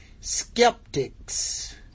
Skeptics